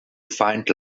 find